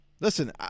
Listen